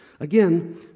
Again